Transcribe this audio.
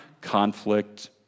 conflict